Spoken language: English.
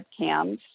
webcams